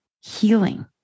healing